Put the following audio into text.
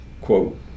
quote